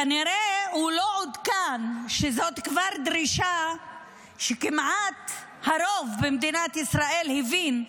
כנראה הוא לא עודכן שזאת כבר דרישה שכמעט הרוב במדינת ישראל הבין,